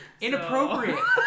Inappropriate